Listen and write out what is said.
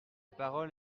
parole